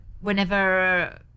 whenever